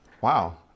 Wow